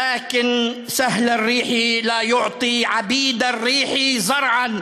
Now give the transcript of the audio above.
הֲגָנוֹת / אבל הרוח המנשבת קלילות אינה מעניקה למשועבדים לה זרע,